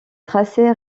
tracé